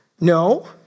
No